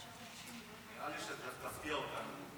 נראה לי שאתה תפתיע אותנו,